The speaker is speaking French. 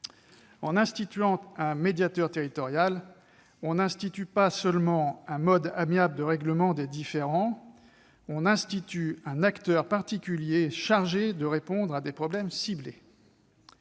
En instituant un médiateur territorial, on n'institue pas seulement un mode amiable de règlement des différends ; on institue un acteur particulier chargé de répondre à des problèmes ciblés.